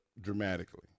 dramatically